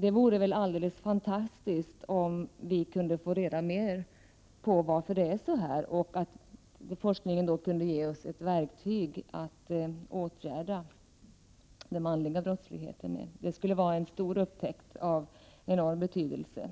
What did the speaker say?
Det vore väl alldeles fantastiskt om vi kunde få reda på 151 mer om varför det är så och om forskningen kunde ge oss ett verktyg att åtgärda den manliga brottsligheten! Det skulle vara en upptäckt av enorm betydelse.